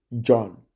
John